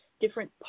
different